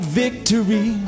victory